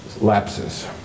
lapses